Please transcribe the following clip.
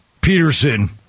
Peterson